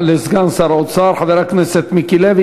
תודה לסגן שר האוצר חבר הכנסת מיקי לוי.